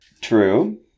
True